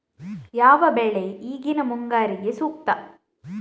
ಯಾವ ಬೆಳೆ ಈಗಿನ ಮುಂಗಾರಿಗೆ ಸೂಕ್ತ?